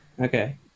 Okay